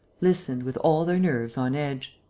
listened, with all their nerves on edge